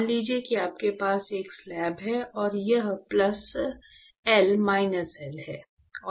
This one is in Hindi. मान लीजिए कि आपके पास एक स्लैब है और यह प्लस L माइनस L है